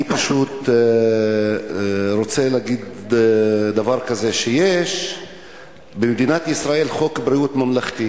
אני פשוט רוצה להגיד שיש במדינת ישראל חוק ביטוח בריאות ממלכתי